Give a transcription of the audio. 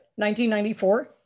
1994